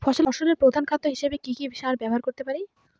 ফসলের প্রধান খাদ্য হিসেবে কি কি সার ব্যবহার করতে পারি?